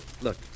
Look